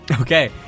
Okay